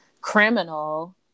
criminal